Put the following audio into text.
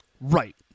Right